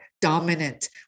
dominant